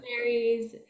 berries